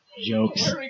Jokes